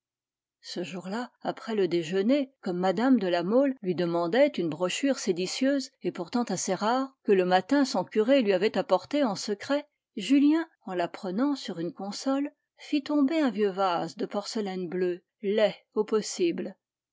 ce jour-là après le déjeuner comme mme de la mole lui demandait une brochure séditieuse et pourtant assez rare que le matin son curé lui avait apportée en secret julien en la prenant sur une console fit tomber un vieux vase de porcelaine bleue laid au possible